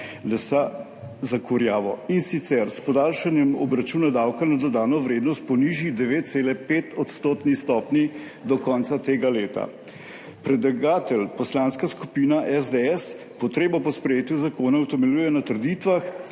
lesa za kurjavo, in sicer s podaljšanjem obračuna davka na dodano vrednost po nižji 9,5 % stopnji do konca tega leta. Predlagatelj poslanska skupina SDS potrebo po sprejetju zakona utemeljuje na trditvah,